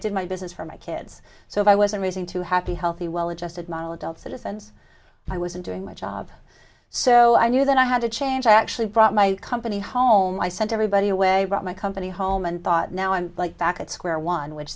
did my business for my kids so i wasn't raising two happy healthy well adjusted model adult citizens i was in doing my job so i knew that i had to change i actually brought my company home i sent everybody away brought my company home and thought now i'm like back at square one which